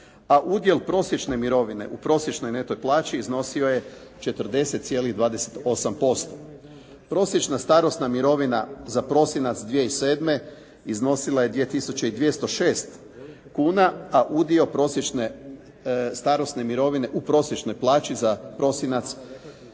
a udjel prosječne mirovine u prosječnoj neto plaći iznosio je 40,28%. Prosječna starosna mirovina za prosinac 2007. iznosila je 2 tisuće i 206 kuna a udio prosječne starosne mirovine u prosječnoj plaći za prosinac